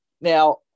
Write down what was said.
now